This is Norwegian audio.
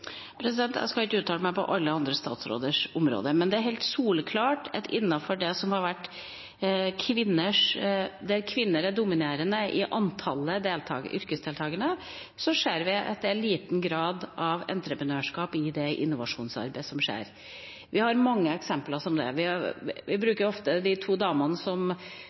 Jeg skal ikke uttale meg på alle andre statsråders område, men det er helt soleklart at der kvinner er dominerende i antallet yrkesdeltakende, ser vi at det er liten grad av entreprenørskap i innovasjonsarbeidet som skjer. Vi har mange eksempler på det – vi bruker ofte de to damene som